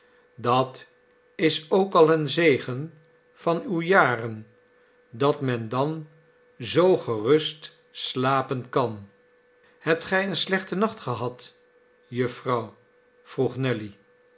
dat is ook al een zegen van uwe jaren dat men dan zoo gerust slapen kan hebt gij een slechten nacht gehad jufvrouw vroeg nelly